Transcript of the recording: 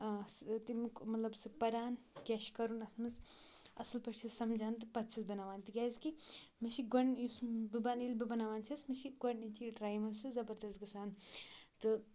سُہ تَمیُک مطلب سُہ پَران کیٛاہ چھِ کَرُن اَتھ منٛز اَصٕل پٲٹھۍ چھِ سَمجان تہٕ پَتہٕ چھَس بَناوان تِکیٛازِکہِ مےٚ چھِ گۄڈٕ یُس بہٕ بَن ییٚلہِ بہٕ بَناوان چھَس مےٚ چھِ گۄڈنِچی ٹرٛیہِ منٛز سُہ زَبَردَس گَژھان تہٕ